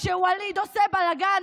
כשווליד עושה בלגן,